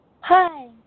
Hi